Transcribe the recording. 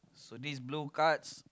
so these blue cards